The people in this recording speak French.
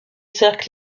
cercles